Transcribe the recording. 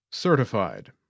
Certified